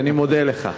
אני מודה לך.